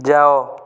ଯାଅ